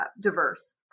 diverse